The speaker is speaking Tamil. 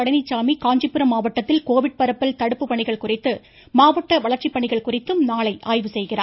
பழனிச்சாமி காஞ்சிபுரம் மாவட்டத்தில் கோவிட் பரவல் தடுப்பு பணிகள் குறித்தும் மாவட்ட வளர்ச்சி பணிகள் குறித்தும் நாளை ஆய்வு செய்கிறார்